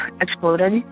exploded